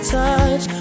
touch